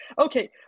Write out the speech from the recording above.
okay